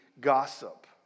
gossip